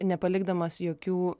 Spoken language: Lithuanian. nepalikdamas jokių